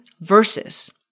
versus